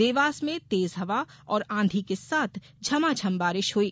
देवास में तेज हवा और आंधी के साथ झमाझम बारिश हुई